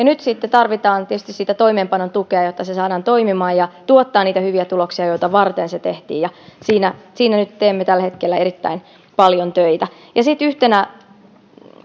nyt sitten tarvitaan tietysti sen toimeenpanoon tukea jotta se saadaan toimimaan ja tuottaa niitä hyviä tuloksia joita varten se tehtiin siinä nyt teemme tällä hetkellä erittäin paljon töitä sitten yhtenä